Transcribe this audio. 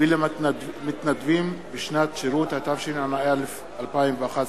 ולמתנדבים בשנת שירות), התשע"א 2011. תודה.